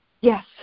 yes